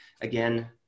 Again